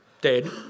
dead